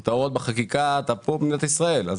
ואת ההוראות בחקיקה ואתה פה במדינת ישראל.